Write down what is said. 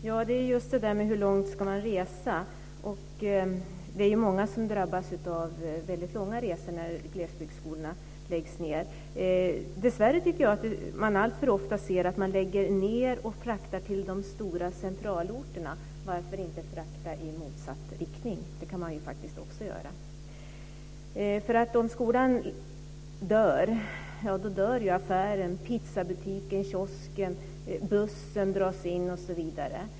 Herr talman! Ja, det är just det: Hur långt ska man resa? Det är många som drabbas av väldigt långa resor när glesbygdsskolorna läggs ned. Dessvärre tycker jag mig alltför ofta se att man lägger ned och fraktar till de stora centralorterna. Varför inte frakta i motsatt riktning? Det kan man faktiskt också göra. Om skolan dör, ja, då dör affären, pizzabutiken och kiosken också. Bussen dras in osv.